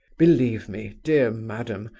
believe me, dear madam,